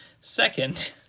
Second